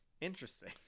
Interesting